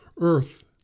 Earth